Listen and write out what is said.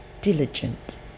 diligent